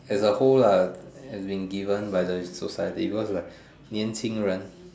as a whole lah has been given by the society because like 年轻人